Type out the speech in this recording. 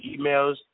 emails